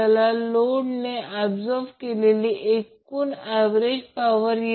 त्यामुळे total absorbed power PT P1 P2 P3 आहे